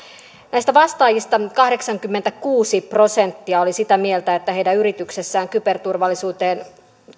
näistä vastaajista kahdeksankymmentäkuusi prosenttia oli sitä mieltä että heidän yrityksessään kyberturvallisuuden